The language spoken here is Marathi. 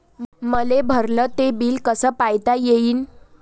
मले भरल ते बिल कस पायता येईन?